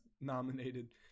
nominated